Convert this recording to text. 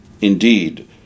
Indeed